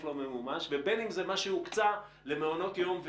לא ממומש ובין אם זה מה שהוקצה למעונות יום,